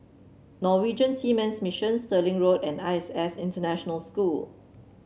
Norwegian Seamen's Mission Stirling Road and I S S International School